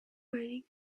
mining